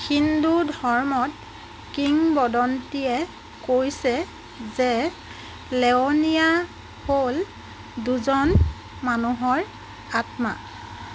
হিন্দু ধৰ্মত কিংবদন্তীয়ে কৈছে যে লেৱনিয়া হ'ল দুজন মানুহৰ আত্মা